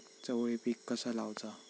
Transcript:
चवळी पीक कसा लावचा?